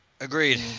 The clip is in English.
Agreed